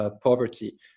poverty